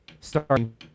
starting